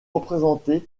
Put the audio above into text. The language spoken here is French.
représentées